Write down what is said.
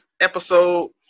episode